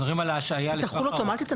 היא תחול אוטומטית?